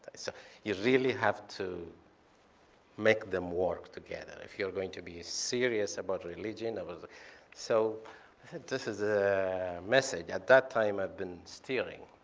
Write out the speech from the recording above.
so you really have to make them work together, if you're going to be serious about religion. so this is a message, at that time, i've been steering.